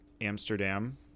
Amsterdam